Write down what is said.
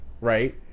Right